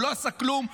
הוא לא עשה כלום.